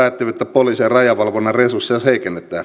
ja rajavalvonnan resursseja heikennetään määrärahoja